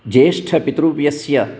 ज्येष्ठपितृव्यस्य